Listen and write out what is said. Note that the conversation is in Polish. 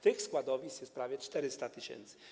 Tych składowisk jest prawie 400 tys.